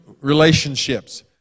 relationships